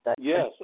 Yes